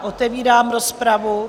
Otevírám rozpravu.